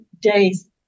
days